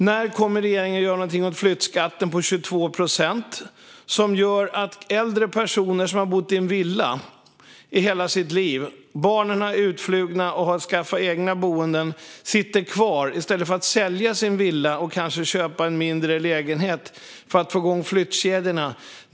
När kommer regeringen att göra någonting åt flyttskatten på 22 procent, som gör att äldre personer som har bott i en villa i hela sitt liv - barnen är utflugna och har skaffat egna boenden - sitter kvar i stället för att sälja sin villa och kanske köpa en mindre lägenhet för att få igång flyttkedjorna?